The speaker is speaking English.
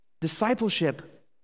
Discipleship